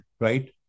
right